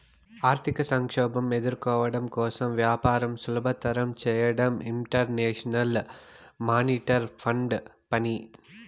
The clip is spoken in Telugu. ఆర్థిక సంక్షోభం ఎదుర్కోవడం కోసం వ్యాపారంను సులభతరం చేయడం ఇంటర్నేషనల్ మానిటరీ ఫండ్ పని